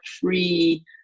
free